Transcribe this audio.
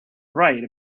right